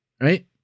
right